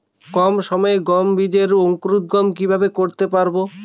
কম সময়ে গম বীজের অঙ্কুরোদগম কিভাবে করতে পারব?